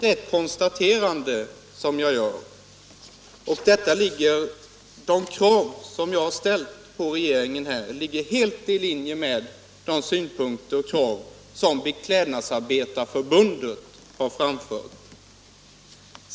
De krav som jag har ställt på regeringen ligger helt i linje med de synpunkter och krav som Beklädnadsarbetarnas förbund har framfört.